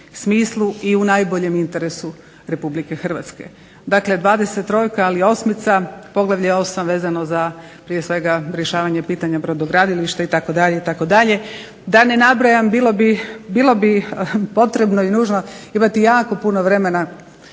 smislu i u najboljem interesu Republike Hrvatske. Dakle, dvadeset trojka ali i osmica, poglavlje 8. vezano za prije svega rješavanje pitanja brodogradilišta itd. itd. da ne nabrajam. Bilo bi potrebno i nužno imati jako puno vremena